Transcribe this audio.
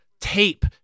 tape